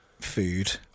food